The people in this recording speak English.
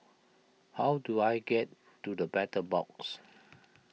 how do I get to the Battle Box